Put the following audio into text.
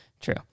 true